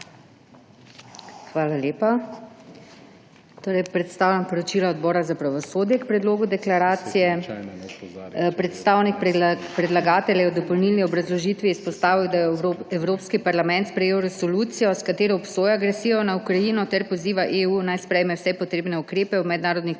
Hvala lepa. Predstavljam poročilo Odbora za pravosodje k predlogu deklaracije. Predstavnik predlagatelja je v dopolnilni obrazložitvi izpostavil, da je Evropski parlament sprejel resolucijo, s katero obsoja agresijo nad Ukrajino ter poziva EU, naj sprejme vse potrebne ukrepe v mednarodnih